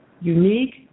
unique